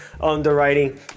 underwriting